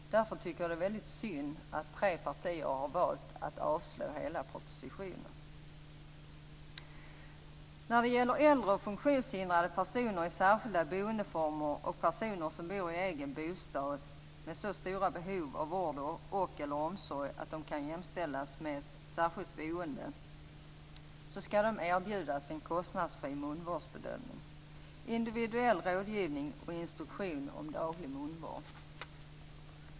Därför tycker jag att det är väldigt synd att tre partier har valt att avslå hela propositionen. Äldre och funktionshindrade personer i särskilda boendeformer och personer som bor i egen bostad men som har så stora behov av vård eller omsorg att det kan jämställas med särskilt boende skall erbjudas en kostnadsfri munvårdsbedömning, individuell rådgivning och instruktioner om daglig munvård.